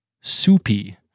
Soupy